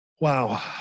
wow